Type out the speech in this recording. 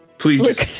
Please